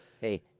Hey